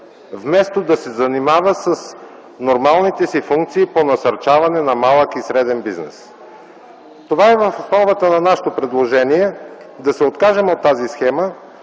вместо да се занимава с нормалните си функции по насърчаване на малък и среден бизнес. Това е в основата на нашето предложение – да се откажем от тази схема